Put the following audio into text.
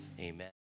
Amen